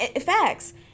facts